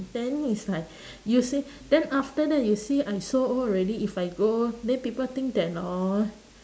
then it's like you see then after that you see I so old already if I go then people think that hor